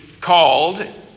called